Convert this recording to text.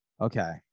okay